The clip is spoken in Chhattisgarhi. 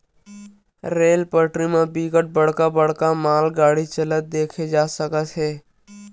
रेल पटरी म बिकट बड़का बड़का मालगाड़ी चलत देखे जा सकत हे